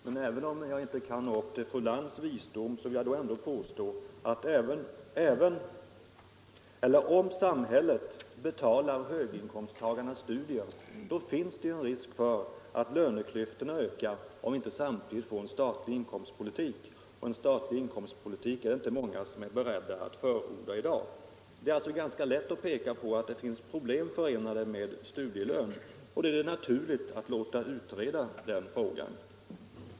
Men även om jag inte kan nå upp till fru Lantz visdom vill jag ändå påstå, att om samhället betalade höginkomsttagarnas studier finns det risk för att löneklyftorna ökar, därest vi inte samtidigt får en statlig inkomstpolitik. Och en sådan politik är det inte många som är beredda att förorda i dag. Det är följaktligen ganska lätt att peka på att det är problem förenade med studielön, och då är det naturligt att låta utreda den frågan.